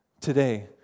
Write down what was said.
today